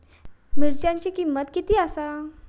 मिरच्यांची किंमत किती आसा?